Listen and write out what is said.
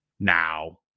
Now